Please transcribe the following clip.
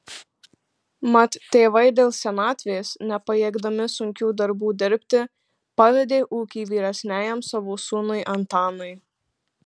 mat tėvai dėl senatvės nepajėgdami sunkių darbų dirbti pavedė ūkį vyresniajam savo sūnui antanui